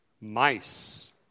mice